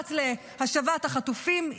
לחץ להשבת החטופים,